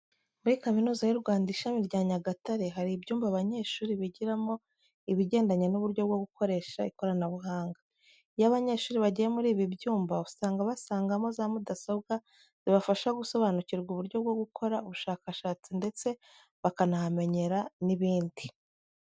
Muri Kaminuza y'u Rwanda, ishami rya Nyagatare hari ibyumba abanyeshuri bigiramo ibigendanye n'uburyo bwo gukoresha ikoranabuhanga. Iyo abanyeshuri bagiye muri ibi byumba usanga basangamo za mudasobwa zibafasha gusobanukirwa uburyo bwo gukora ubushakashatsi ndetse bakahamenyera n'ibindi.